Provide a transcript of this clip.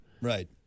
Right